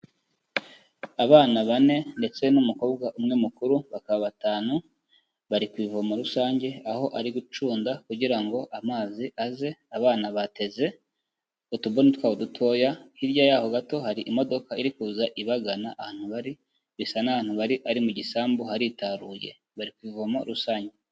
Abana bane ndetse n'umukobwa umwe mukuru bakaba batanu, bari ku ivomo rusange aho ari gucunda, kugira ngo amazi aze; abana bateze utubuni twabo dutoya. Hirya yaho gato hari imodoka iri kuza ibagana ahantu bari, bisa n'ahantu bari ari mu gisambu haritaruye. Bari ku ivomo rusange.